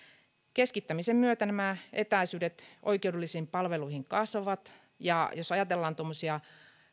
keskittämisen myötä nämä etäisyydet oikeudellisiin palveluihin kasvavat ja jos ajatellaan